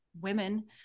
women